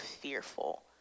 fearful